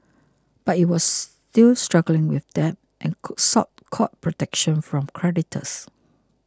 but it was still struggling with debt and could sought court protection from creditors